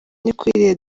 ukwiriye